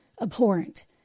abhorrent